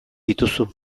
dituzu